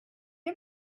you